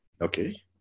okay